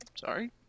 Sorry